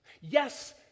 Yes